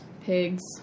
pigs